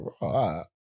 right